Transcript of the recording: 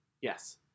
Yes